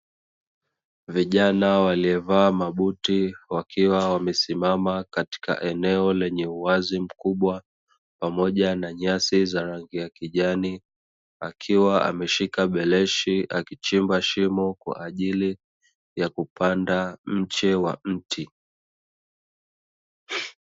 Vijana waliovaa mabuti wakiwa wamesimama katika eneo lenye uwazi mkubwa pamoja na nyasi za rangi ya kijani, akiwa ameshika beleshi, akichimba shimo kwa ajili ya kupanda mche wa mti.